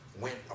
went